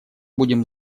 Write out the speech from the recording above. будем